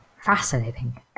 fascinating